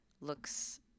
looks